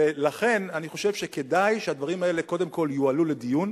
ולכן אני חושב שכדאי שהדברים האלה קודם כול יועלו לדיון,